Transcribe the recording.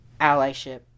allyship